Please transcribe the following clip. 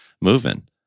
moving